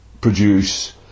produce